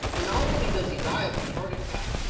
ah not only does he die of a heart attack.